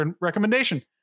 recommendation